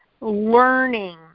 learning